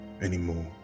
anymore